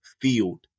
field